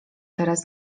teraz